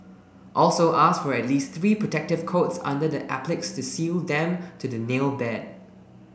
also ask for at least three protective coats under the appliques to seal them to the nail bed